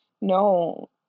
no